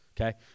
Okay